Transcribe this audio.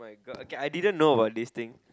oh okay I didn't know about this thing